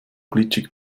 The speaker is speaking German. glitschig